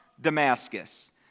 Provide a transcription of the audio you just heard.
Damascus